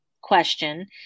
question